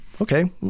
okay